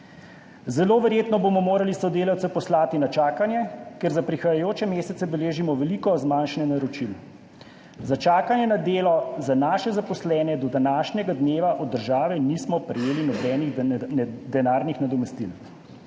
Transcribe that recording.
Zelo verjetno bomo morali sodelavce poslati na čakanje, ker za prihajajoče mesece beležimo veliko zmanjšanje naročil. Za čakanje na delo za naše zaposlene do današnjega dneva od države nismo prejeli nobenih denarnih nadomestil.